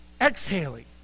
exhaling